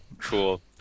Cool